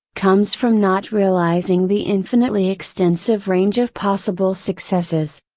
comes from not realizing the infinitely extensive range of possible successes.